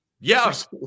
Yes